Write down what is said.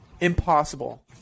impossible